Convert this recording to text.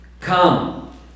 come